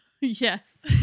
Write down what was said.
yes